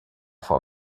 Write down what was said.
vor